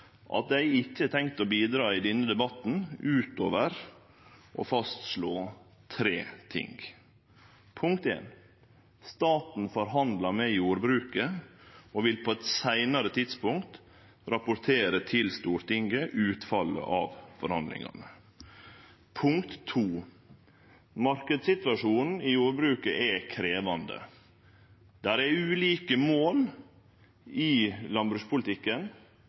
at eg ikkje har tenkt å bidra i denne debatten, utover å fastslå tre ting: Punkt éin: Staten forhandlar med jordbruket og vil på eit seinare tidspunkt rapportere til Stortinget utfallet av forhandlingane. Punkt to: Marknadssituasjonen i jordbruket er krevjande. Det er ulike mål i landbrukspolitikken.